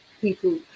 people